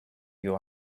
you